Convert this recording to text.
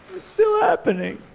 it's still happening.